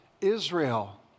Israel